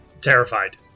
Terrified